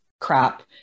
crap